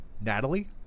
Natalie